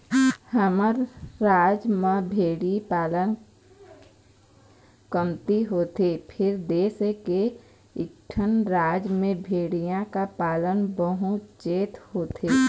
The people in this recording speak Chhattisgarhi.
हमर राज म भेड़ी पालन कमती होथे फेर देश के कइठन राज म भेड़िया के पालन बहुतेच होथे